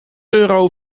euro